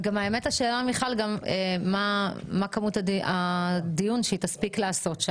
השאלה גם מה כמות הדיון שהוועדה תספיק לעשות.